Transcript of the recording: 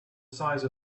size